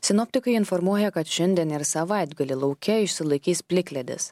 sinoptikai informuoja kad šiandien ir savaitgalį lauke išsilaikys plikledis